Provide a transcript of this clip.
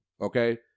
Okay